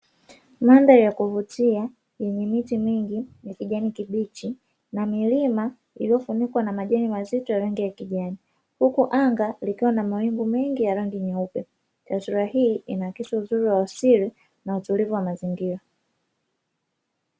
Mandhari ya kuvutia yenye miti mingi ya kijani kibichi na milima iliyofunikwa na majani mazito yenye rangi ya kijani. Huku anga likiwa na mawingu mengi ya rangi nyeupe. Taswira hii inaakisi uzuri wa asili na utulivu wa mazingira.